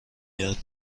یاد